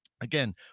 again